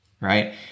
right